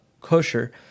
kosher